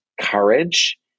courage